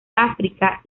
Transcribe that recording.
áfrica